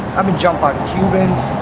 i've been jumped by the cubans.